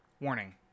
Warning